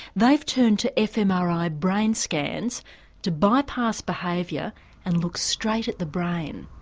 they have turned to fmri brain scans to bypass behaviour and look straight at the brain.